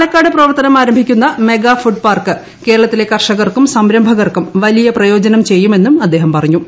പാലക്കാട് പ്രവർത്തനം ആരംഭിക്കുന്ന mega food park കേരളത്തിലെ കർഷകർക്കും സംരഭകർക്കും വലിയ പ്രയോജനം ചെയ്യുമെന്നും അദ്ദേഹം പറഞ്ഞു